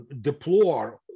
deplore